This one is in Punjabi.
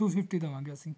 ਟੂ ਫਿਫਟੀ ਦੇਵਾਂਗੇ ਅਸੀਂ